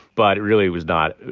but it really was not,